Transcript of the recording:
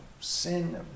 sin